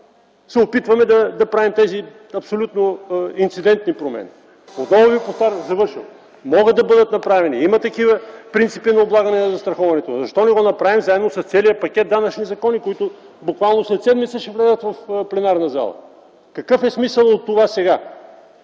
се опитваме да правим тези абсолютно инцидентни промени? Отново ви повтарям – могат да бъдат направени, има такива принципи на облагане на застраховането, но защо не го направим заедно с целия пакет данъчни закони, които буквално след седмица ще влязат в пленарна зала? Какъв е смисълът от това сега?